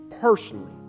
personally